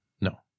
No